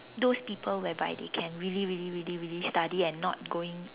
those people whereby they can really really really really study and not going